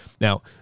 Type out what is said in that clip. Now